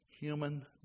human